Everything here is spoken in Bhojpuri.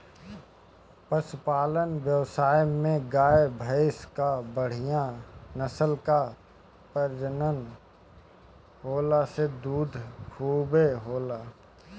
पशुपालन व्यवस्था में गाय, भइंस कअ बढ़िया नस्ल कअ प्रजनन होला से दूध खूबे होला